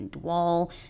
wall